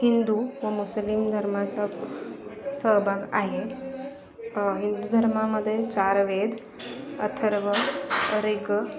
हिंदू व मुस्लिम धर्माचा सहभाग आहे हिंदू धर्मामध्ये चार वेद अथर्व अरेग